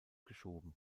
geschoben